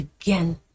again